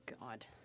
God